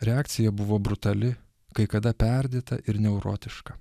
reakcija buvo brutali kai kada perdėta ir neurotiška